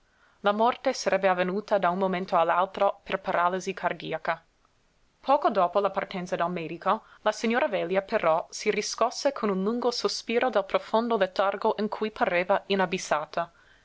la morte sarebbe avvenuta da un momento all'altro per paralisi cardiaca poco dopo la partenza del medico la signora velia però si riscosse con un lungo sospiro dal profondo letargo in cui pareva inabissata